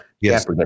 Yes